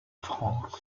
france